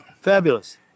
fabulous